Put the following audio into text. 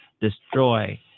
destroy